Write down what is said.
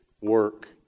work